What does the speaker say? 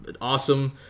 awesome